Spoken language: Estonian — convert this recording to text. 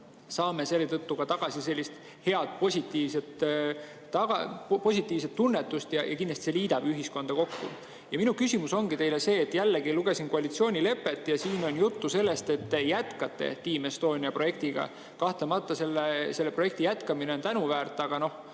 saame selle tõttu ka tagasi sellist head, positiivset tunnetust, mis kindlasti liidab ühiskonda kokku. Minu küsimus ongi see. Jällegi, lugesin koalitsioonilepet ja siin on juttu sellest, et te jätkate Team Estonia projektiga. Kahtlemata selle projektiga jätkamine on tänuväärt, aga noh,